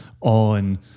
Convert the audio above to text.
on